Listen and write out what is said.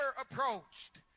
approached